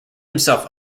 himself